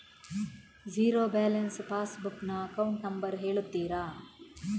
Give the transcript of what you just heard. Zero balance pass book ನ account number ಹೇಳುತ್ತೀರಾ?